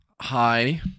Hi